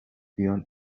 beyond